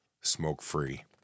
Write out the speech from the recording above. smoke-free